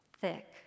thick